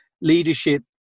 leadership